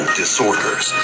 disorders